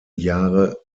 jahre